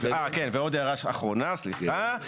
ועוד הערה אחרונה, סליחה.